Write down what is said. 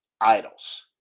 idols